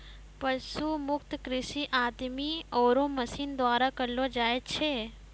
पशु मुक्त कृषि आदमी आरो मशीन द्वारा करलो जाय छै